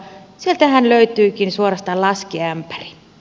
sieltähän löytyikin suorastaan laskiämpäri